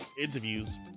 interviews